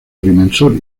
agrimensor